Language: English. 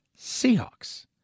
Seahawks